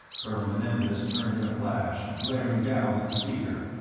colonel menendez turned in a flash, glaring down at the speaker.